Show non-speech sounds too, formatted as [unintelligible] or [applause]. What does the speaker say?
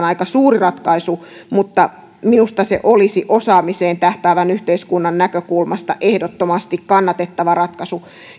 [unintelligible] aika suuri ratkaisu mutta minusta se olisi osaamiseen tähtäävän yhteiskunnan näkökulmasta ehdottomasti kannatettava ratkaisu